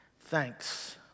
thanks